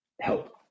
help